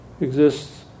exists